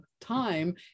time